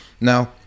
Now